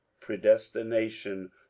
predestination